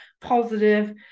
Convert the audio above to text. positive